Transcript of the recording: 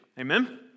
Amen